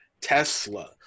Tesla